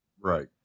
Right